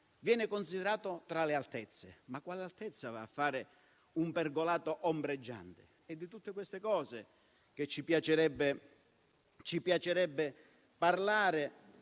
venga considerato tra le altezze? Ma quale altezza va a fare un pergolato ombreggiante? È di tutte queste cose ci piacerebbe parlare